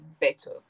better